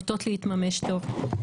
נוטות להתממש טוב.